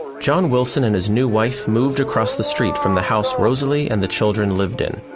john willson and his new wife moved across the street from the house rosalie and the children lived in.